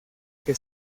que